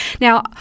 Now